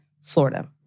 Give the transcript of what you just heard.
Florida